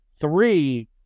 Three